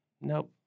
nope